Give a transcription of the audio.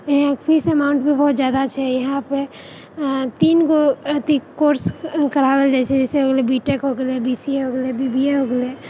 fees amount भी बहुत जादा छै यहाँ पर तीन गो अथि कोर्स कराओल जाइत छै जैसे बी टेक हो गेलै बी सी ए होगेलै बी बी ए होगेलै